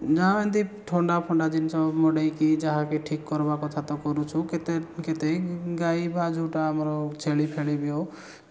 ଯାହା ଏମିତି ଥଣ୍ଡା ଫଣ୍ଡା ଜିନିଷ ମଡ଼େଇକି ଯାହାକେ ଠିକ୍ କରିବା କଥା ତ କରୁଛୁ ତ କେତେ ଗାଈ ବା ଯେଉଁଟା ଆମର ଛେଳି ଫେଳି ବି ହେଉ